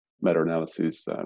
meta-analyses